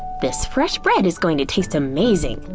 this fresh bread is going to taste amazing.